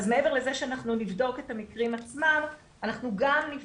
אז מעבר לזה שאנחנו נבדוק את המקרים עצמם, נקיים